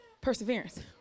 perseverance